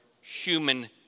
human